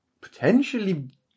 potentially